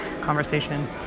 conversation